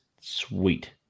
sweet